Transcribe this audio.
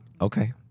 okay